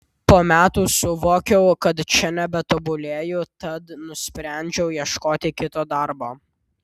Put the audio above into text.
po metų suvokiau kad čia nebetobulėju tad nusprendžiau ieškoti kito darbo